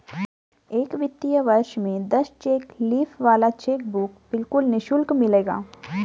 एक वित्तीय वर्ष में दस चेक लीफ वाला चेकबुक बिल्कुल निशुल्क मिलेगा